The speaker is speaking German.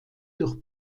durch